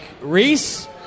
Reese